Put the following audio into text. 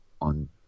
on